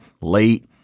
late